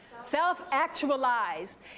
self-actualized